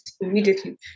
immediately